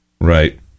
Right